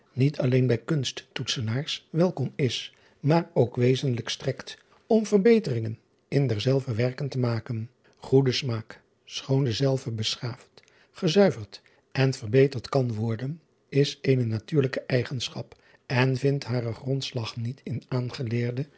uisman alleen bij kunstoesenaars welkom is maar ook wezenlijk strekt om verbeteringen in derzelver werken te maken oede smaak schoon dezelve beschaafd gezuiverd en verberterd kan worden is eene natuurlijke eigenschap en vindt haren grondslag niet in aangeleerde